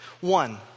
One